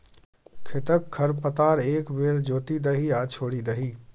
खेतक खर पतार एक बेर जोति दही आ छोड़ि दही